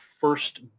first